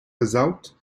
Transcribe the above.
result